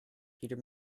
peter